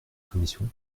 commission